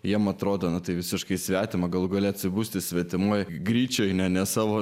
jam atrodo tai visiškai svetima galų gale atsibusti svetimoje gryčioje ne savo